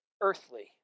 earthly